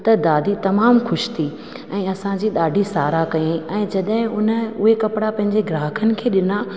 त दादी तमामु ख़ुशि थी ऐं असांजी ॾाढी साराह कयईं ऐं जॾहिं उन उहे कपड़ा पंहिंजे ग्राहकनि खे ॾिना